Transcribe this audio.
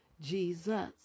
Jesus